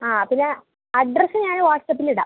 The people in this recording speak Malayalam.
ആ പിന്നെ അഡ്രെസ്സ് ഞാൻ വാട്സപ്പിലിടാം